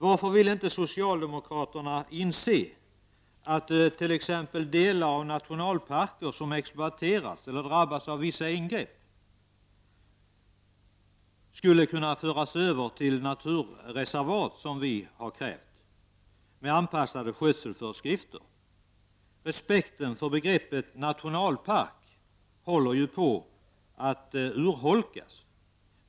Varför vill inte socialdemokraterna inse att t.ex. delar av nationalparker som exploateras eller drabbas av vissa ingrepp skulle kunna föras över till naturreservat, som vi har krävt, med anpassade skötselföreskrifter? Respekten för begreppet nationalpark håller ju på att urholkas.